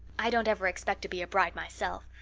i don't ever expect to be a bride myself.